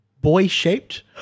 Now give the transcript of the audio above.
boy-shaped